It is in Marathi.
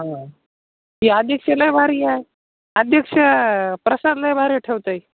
ह ते अध्यक्ष लय भारी आहे अध्यक्ष प्रसाद लय भारी ठेवतय